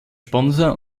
sponsor